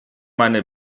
meine